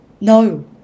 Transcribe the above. no